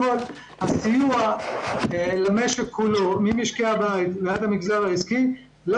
הסיוע למשק כולו ממשקי הבית ועד המגזר העסקי לא